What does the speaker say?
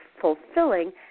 fulfilling